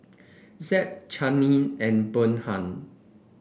Zeb Channing and Bernhard